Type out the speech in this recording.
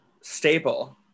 staple